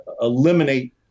eliminate